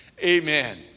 Amen